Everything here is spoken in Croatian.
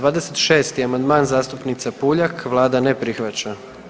26. amandman, zastupnica Puljak, Vlada ne prihvaća.